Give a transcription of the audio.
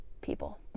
people